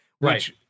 right